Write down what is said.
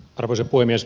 arvoisa puhemies